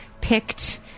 picked